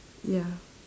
ya